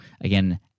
again